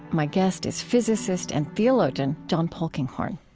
my guest is physicist and theologian john polkinghorne